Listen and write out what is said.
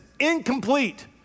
incomplete